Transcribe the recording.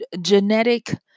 genetic